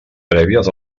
prèvies